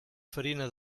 farina